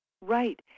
right